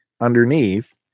underneath